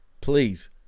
please